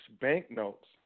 banknotes